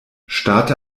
starte